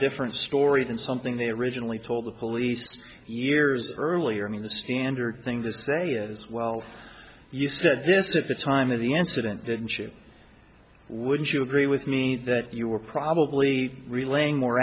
different story than something they originally told the police years earlier i mean the standard thing they say is well you said this at the time of the incident didn't ship would you agree with me that you were probably relaying more